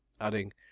adding